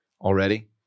already